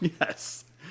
Yes